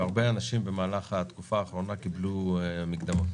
והרבה אנשים במהלך התקופה האחרונה קיבלו מקדמות.